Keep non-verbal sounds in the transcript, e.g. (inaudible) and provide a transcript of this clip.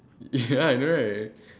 (laughs) ya I know right